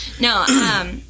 No